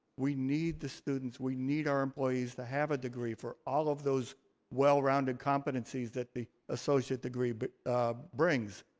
we need the students, we need our employees to have a degree for all of those well rounded competencies that the associate degree but brings.